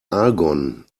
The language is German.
argon